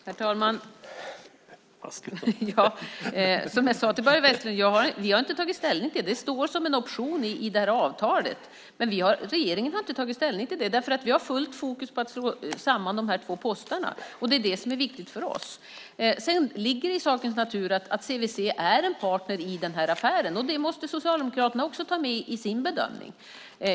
Herr talman! Som jag sade till Börje Vestlund har vi inte tagit ställning till det. Det finns som en option i avtalet. Men regeringen har, som sagt, inte tagit ställning till det därför att vi har helt och fullt fokus på att slå samman Posten i de två länderna. Det är det som är viktigt för oss. Sedan ligger det i sakens natur att CVC är en partner i den här affären. Det måste Socialdemokraterna också ta med i sin bedömning.